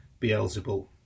Beelzebul